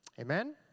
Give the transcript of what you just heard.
Amen